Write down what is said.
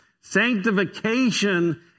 Sanctification